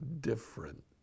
different